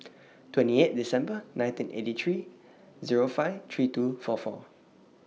twenty eight December nineteen eighty three Zero five three two four four